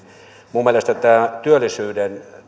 minun mielestäni tämän työllisyyden